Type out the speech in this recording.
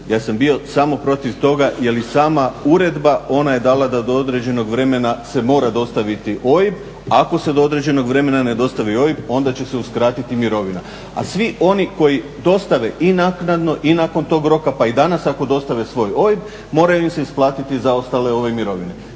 Ja sam bio samo protiv toga je li sama uredba, ona je dala da do određenog vremena se mora dostaviti OIB, ako se do određenog vremena ne dostavi OIB onda će se uskratiti mirovina. Al svi oni koji dostave i naknadno, i nakon tog roka pa i danas ako dostave svoj OIB moraju im se isplatiti zaostale ove mirovine.